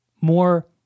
more